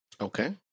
Okay